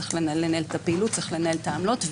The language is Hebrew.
את הפעילות ואת העמלות,